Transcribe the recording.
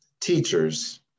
teachers